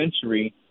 century